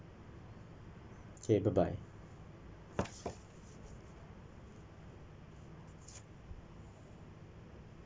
okay bye bye